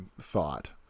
thought